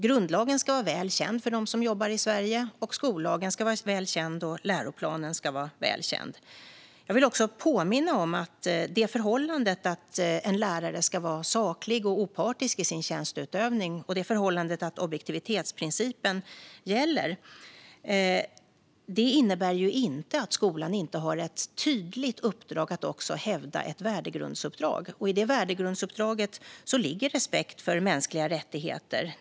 Grundlagen ska vara väl känd för dem som jobbar i Sveriges skolor, liksom skollagen och läroplanen. Jag vill också påminna om att förhållandet att en lärare ska vara saklig och opartisk i sin tjänsteutövning och förhållandet att objektivitetsprincipen gäller inte innebär att skolan inte har ett tydligt uppdrag att också hävda ett värdegrundsuppdrag. I det värdegrundsuppdraget ligger respekt för mänskliga rättigheter.